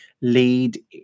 lead